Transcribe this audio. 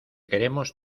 queremos